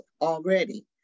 already